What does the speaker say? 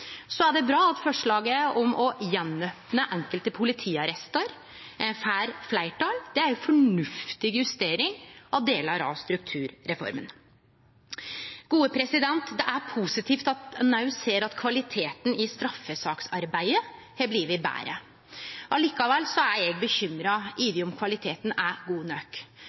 Det er bra at forslaget om å opne enkelte politiarrestar igjen får fleirtal. Det er ei fornuftig justering av delar av strukturreforma. Det er positivt at ein òg ser at kvaliteten i straffesaksarbeidet har blitt betre. Likevel er eg bekymra over om kvaliteten er god nok.